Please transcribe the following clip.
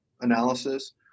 analysis